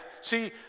see